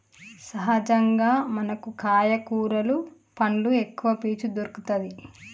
సహజంగా మనకు కాయ కూరలు పండ్లు ఎక్కవ పీచు దొరుకతది